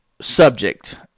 subject